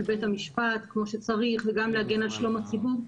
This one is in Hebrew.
בית המשפט כמו שצריך גם להגן על שלום הציבור,